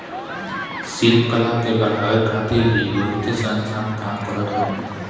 शिल्प कला के बढ़ावे खातिर भी बहुते संस्थान काम करत बाने